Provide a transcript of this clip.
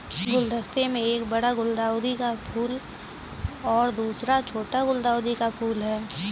गुलदस्ते में एक बड़ा गुलदाउदी का फूल और दूसरा छोटा गुलदाउदी का फूल है